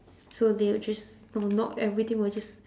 so they would just well not everything will just